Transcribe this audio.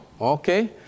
Okay